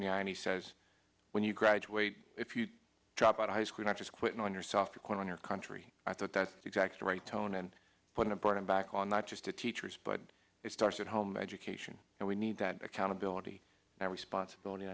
looking and he says when you graduate if you drop out of high school not just quitting on yourself to quit on your country i thought that's exactly right tone and putting a burden back on not just the teachers but it starts at home education and we need that accountability and responsibility